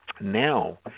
Now